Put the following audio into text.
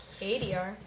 ADR